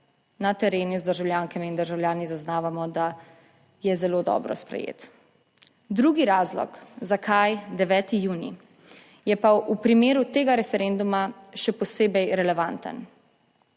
na terenu z državljankami in državljani zaznavamo, da je zelo dobro sprejet. Drugi razlog zakaj 9. junij, je pa v primeru tega referenduma še posebej relevanten;